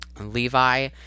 levi